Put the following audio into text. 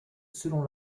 selon